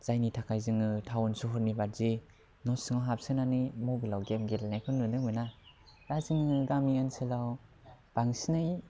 जायनि थाखाय जोङो टाउन सहरनि बादि न' सिङाव हाबसोनानै मबाइलाव गेम गेलेनायखौ नुनो मोना दा जोङो गामि ओनसोलाव बांसिनै